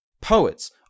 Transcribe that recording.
Poets